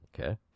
Okay